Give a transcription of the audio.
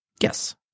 Yes